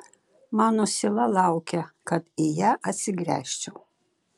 mano siela laukia kad į ją atsigręžčiau